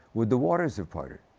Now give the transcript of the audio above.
would the water have parted?